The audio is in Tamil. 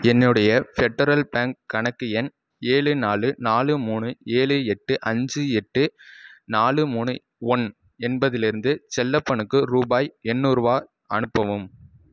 என்னுடைய ஃபெடரல் பேங்க் கணக்கு எண் ஏழு நாலு நாலு மூணு ஏழு எட்டு அஞ்சு எட்டு நாலு மூணு ஒன் என்பதிலிருந்து செல்லப்பனுக்கு ரூபாய் எண்ணூறுரூவா அனுப்பவும்